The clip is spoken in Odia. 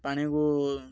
ପାଣିକୁ